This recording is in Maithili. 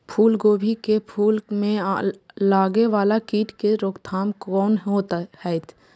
फुल गोभी के फुल में लागे वाला कीट के रोकथाम कौना हैत?